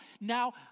now